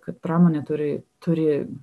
kad pramonė turi turi